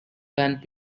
band